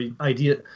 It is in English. idea –